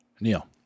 Neil